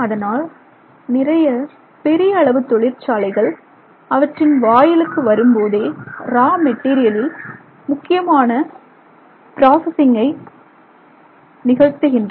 அதனால் நிறைய பெரிய அளவு தொழிற்சாலைகள் அவற்றின் வாயிலுக்கு வரும்போதே ரா மெட்டீரியலில் முக்கியமான ப்ராசஸிங்கை நிகழ்த்துகின்றன